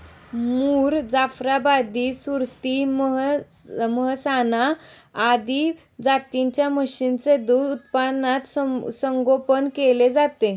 मुर, जाफराबादी, सुरती, मेहसाणा आदी जातींच्या म्हशींचे दूध उत्पादनात संगोपन केले जाते